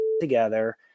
together